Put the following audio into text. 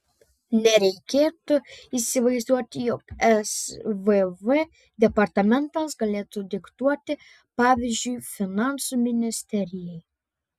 nereikėtų įsivaizduoti jog svv departamentas galėtų diktuoti pavyzdžiui finansų ministerijai